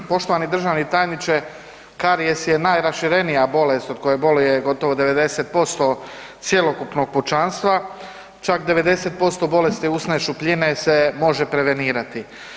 Poštovani državne tajniče, karijes je najraširenija bolest od koje boluje gotovo 90% cjelokupnog pučanstva, čak 90% bolesti usne šupljine se može prevenirati.